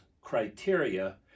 criteria